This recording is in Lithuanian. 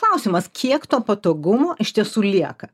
klausimas kiek to patogumo iš tiesų lieka